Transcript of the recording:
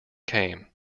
came